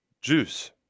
Juice